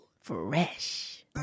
Fresh